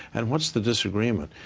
and what's the disagreement?